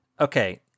okay